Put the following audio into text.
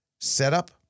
setup